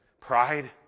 Pride